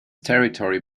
territory